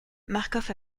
marcof